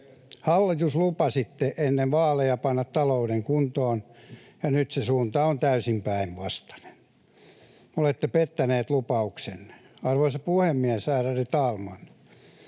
Hallitus, lupasitte ennen vaaleja panna talouden kuntoon, ja nyt se suunta on täysin päinvastainen. Olette pettäneet lupauksenne. Arvoisa puhemies, ärade talman!